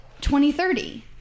2030